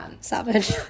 Savage